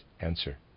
answer